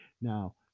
Now